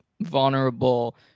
vulnerable